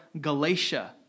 Galatia